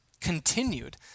continued